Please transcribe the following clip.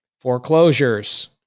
Foreclosures